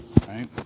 right